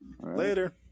Later